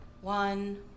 one